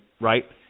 right